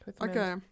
okay